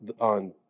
on